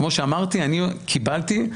כמו שאמרתי, אני קיבלתי,